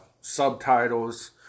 subtitles